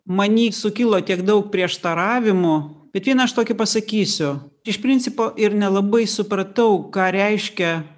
many sukilo tiek daug prieštaravimų bet vieną aš tokį pasakysiu iš principo ir nelabai supratau ką reiškia